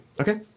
Okay